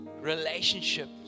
relationship